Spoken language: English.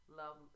love